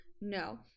No